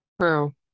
True